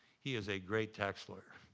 he is a great tax lawyer.